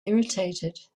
irritated